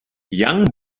young